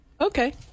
Okay